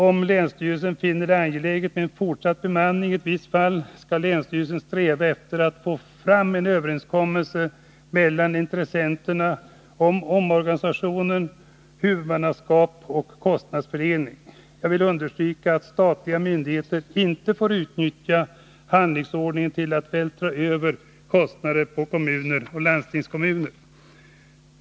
Om länsstyrelsen finner det angeläget med en fortsatt bemanning i ett visst fall, skall länsstyrelsen sträva efter att få fram en överenskommelse mellan intressenterna om organisation, huvudmannaskap och kostnadsfördelning. Jag vill understryka att statliga myndigheter inte får utnyttja handläggningsordningen till att vältra över kostnader på kommuner och landstingskom muner.